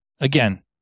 Again